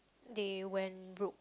they went rogue